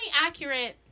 accurate